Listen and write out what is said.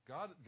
God